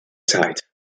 zeit